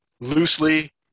loosely